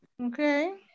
Okay